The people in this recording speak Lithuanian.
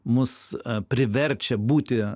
mus priverčia būti